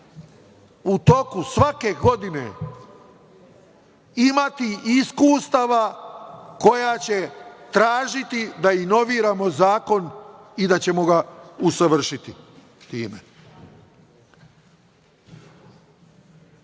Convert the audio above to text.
u toku svake godine imati iskustava koje će tražiti da inoviramo zakon i da ćemo ga usavršiti time. Na